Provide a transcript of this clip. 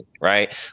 right